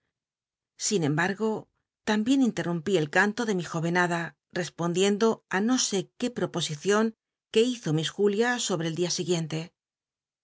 sin embargo tambicn interrumpí el canto de mi jóycn hada respondiendo tí no sé qué propo icion e ue hizo miss julia sobre el dia siguiente